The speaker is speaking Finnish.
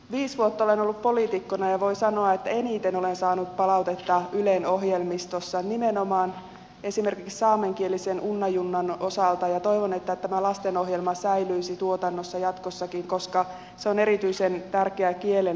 viisi vuotta olen ollut poliitikkona ja voin sanoa että eniten olen saanut palautetta ylen ohjelmistossa nimenomaan esimerkiksi saamenkielisen unna junnan osalta ja toivon että tämä lastenohjelma säilyisi tuotannossa jatkossakin koska se on erityisen tärkeää kielen säilyttämisen kannalta